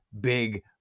big